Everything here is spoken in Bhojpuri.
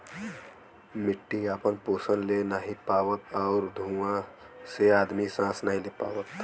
मट्टी आपन पोसन ले नाहीं पावत आउर धुँआ से आदमी सांस नाही ले पावत हौ